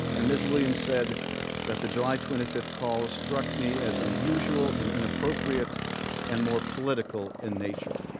and ms. williams said that the july twenty five call struck me as unusual and inappropriate and more political in nature.